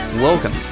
Welcome